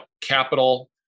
capital